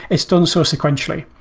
it's done so sequentially.